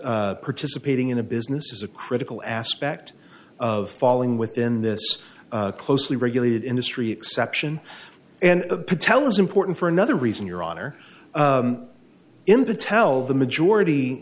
participating in a business is a critical aspect of falling within this closely regulated industry exception and patel is important for another reason your honor in patel the majority